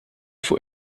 fuq